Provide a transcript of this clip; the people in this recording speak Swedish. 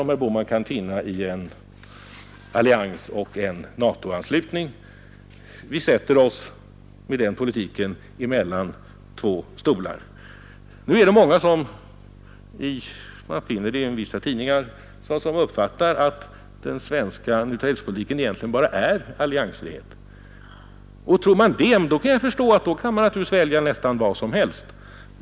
Nu är det många som uppfattar — man finner det i vissa tidningar — att den svenska neutralitetspolitiken egentligen bara är alliansfrihet. Tror man det, kan jag förstå att man kan välja nästan vad som helst.